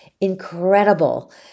incredible